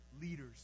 leaders